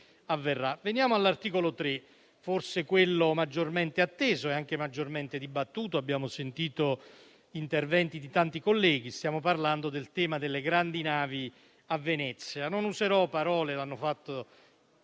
Veniamo all'articolo 3, forse quello maggiormente atteso e dibattuto. Abbiamo sentito interventi di tanti colleghi. Stiamo parlando del tema delle grandi navi a Venezia. Non userò parole - lo hanno fatto